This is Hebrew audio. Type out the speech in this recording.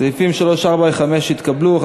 סעיפים 3, 4 ו-5 התקבלו.